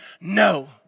No